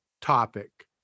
topic